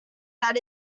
that